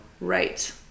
right